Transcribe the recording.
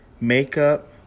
Makeup